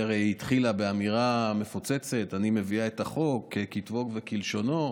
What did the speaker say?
היא הרי התחילה באמירה מפוצצת: אני מביאה את החוק ככתבו וכלשונו.